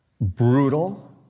brutal